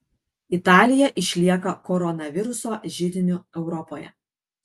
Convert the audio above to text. italija išlieka koronaviruso židiniu europoje